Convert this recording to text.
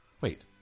wait